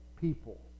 people